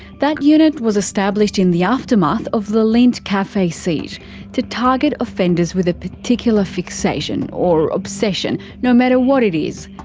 that unit was established in the aftermath of the lindt cafe siege to target offenders with a particular fixation or obsession. no matter what it is.